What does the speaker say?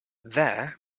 there